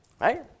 Right